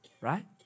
right